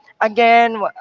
again